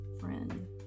friend